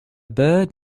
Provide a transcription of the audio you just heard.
bird